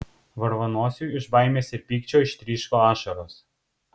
varvanosiui iš baimės ir pykčio ištryško ašaros